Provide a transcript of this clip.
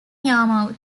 yarmouth